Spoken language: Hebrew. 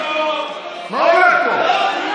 מה הולך פה?